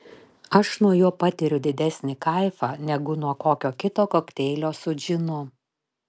aš nuo jo patiriu didesnį kaifą negu nuo kokio kito kokteilio su džinu